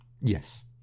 Yes